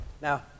Now